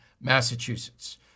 Massachusetts